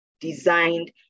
designed